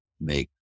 make